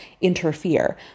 interfere